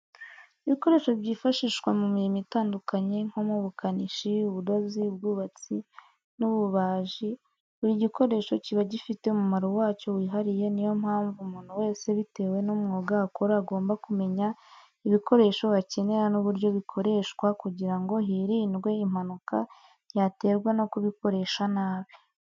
Ibikoresho byifashishwa mu mirimo itandukanye nko mu bukanishi ,ubudozi ,ubwubatsi n'ububajii, buri gikoresho kiba gifite umumaro wacyo wihariye niyo mpamvu umuntu wese bitewe n'umwuga akora agomba kumenya ibikoresho akenera n'uburyo bikoreshwa kugirango hirindwe impanuka yaterwa no kubikoresha nabi.